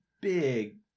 big